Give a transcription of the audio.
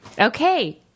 Okay